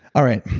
all right.